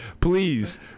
Please